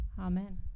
Amen